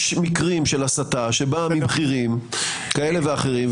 יש מקרים של הסתה שבאה מבכירים כאלה ואחרים,